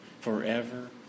forever